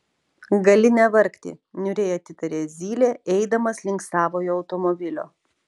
gali nevargti niūriai atitarė zylė eidamas link savojo automobilio